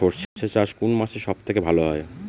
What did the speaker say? সর্ষে চাষ কোন মাসে সব থেকে ভালো হয়?